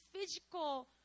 physical